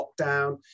lockdown